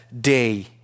day